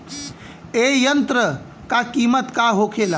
ए यंत्र का कीमत का होखेला?